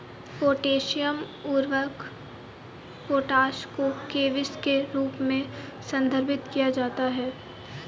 potassium उर्वरक potash को केबीस के रूप में संदर्भित किया जाता है